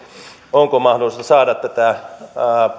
onko mahdollista saada tätä